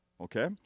Okay